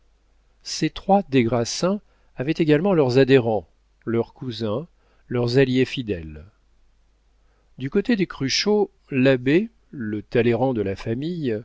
ces trois des grassins avaient également leurs adhérents leurs cousins leurs alliés fidèles du côté des cruchot l'abbé le talleyrand de la famille